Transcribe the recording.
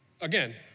again